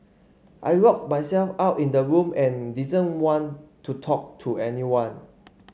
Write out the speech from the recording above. I locked myself out in the room and didn't want to talk to anyone